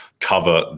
cover